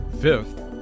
Fifth